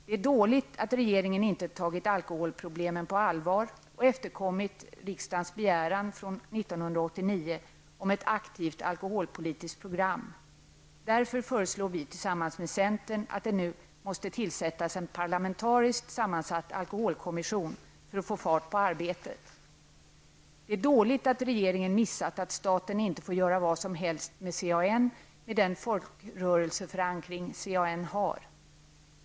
Det är dåligt att regeringen inte tagit alkoholproblemen på allvar och efterkommit riksdagens begäran från 1989 om ett aktivt alkoholpolitiskt program. Därför föreslår vi tillsammans med centern att det nu måste tillsättas en parlamentariskt sammansatt alkoholkommission för att få fart på arbetet. Det är dåligt att regeringen missat att staten inte får göra vad som helst med CAN med den folkrörelseförankring som CAN har.